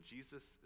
Jesus